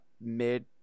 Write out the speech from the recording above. mid